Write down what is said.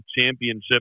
championship